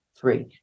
three